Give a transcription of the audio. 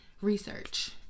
research